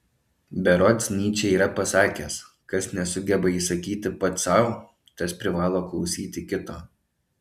berods nyčė yra pasakęs kas nesugeba įsakyti pats sau tas privalo klausyti kito